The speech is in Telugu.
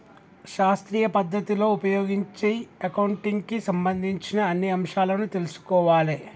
శాస్త్రీయ పద్ధతిని ఉపయోగించి అకౌంటింగ్ కి సంబంధించిన అన్ని అంశాలను తెల్సుకోవాలే